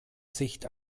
sicht